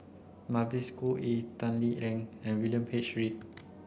Mavis Khoo Oei Tan Lee Leng and William H Read